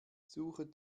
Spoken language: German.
suche